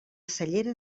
cellera